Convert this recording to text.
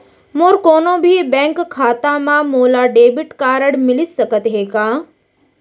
मोर कोनो भी बैंक खाता मा मोला डेबिट कारड मिलिस सकत हे का?